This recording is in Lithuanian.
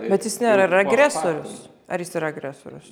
bet jis nėra ir agresorius ar jis yra agresorius